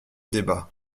débat